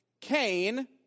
Cain